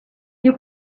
you